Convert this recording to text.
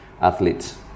athletes